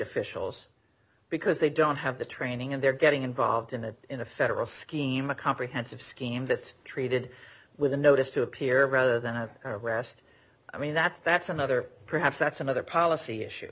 officials because they don't have the training and they're getting involved in the in the federal scheme a comprehensive scheme that treated with a notice to appear rather than have her arrest i mean that that's another perhaps that's another policy issue